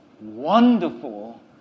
Wonderful